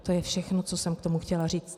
To je všechno, co jsem k tomu chtěla říct.